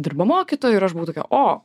dirba mokytoju ir aš buvau tokia o